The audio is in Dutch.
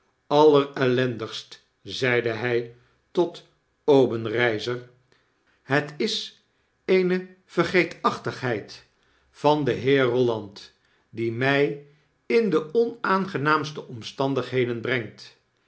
allerellendigst zeide hy tot obenreizer het is eene vergeetachtigheid van den heer eolland die mij in de onaangenaamste omstandigheden brengt